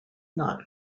not